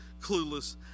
clueless